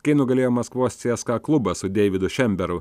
kai nugalėjo maskvos cska klubą su deividu šemberu